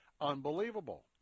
unbelievable